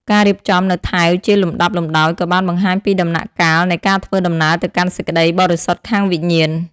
ការរៀបចំនូវថែវជាលំដាប់លំដោយក៏បានបង្ហាញពីដំណាក់កាលនៃការធ្វើដំណើរទៅកាន់សេចក្តីបរិសុទ្ធខាងវិញ្ញាណ។